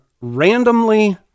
randomly